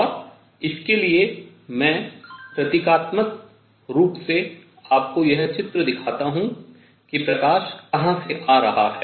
और उसके लिए मैं प्रतीकात्मक रूप से आपको यह चित्र दिखाता हूँ कि प्रकाश कहां से आ रहा है